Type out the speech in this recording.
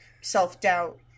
self-doubt